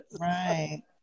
right